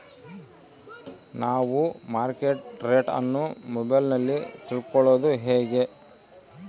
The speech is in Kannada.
ನಾವು ಮಾರ್ಕೆಟ್ ರೇಟ್ ಅನ್ನು ಮೊಬೈಲಲ್ಲಿ ತಿಳ್ಕಳೋದು ಹೇಗೆ?